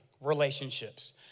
relationships